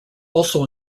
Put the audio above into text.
also